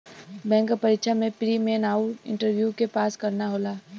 bank क परीक्षा में प्री, मेन आउर इंटरव्यू के पास करना होला